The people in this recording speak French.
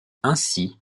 ainsi